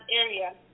area